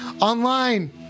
online